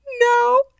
No